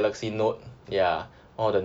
ya